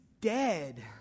dead